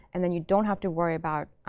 and then you don't have to worry about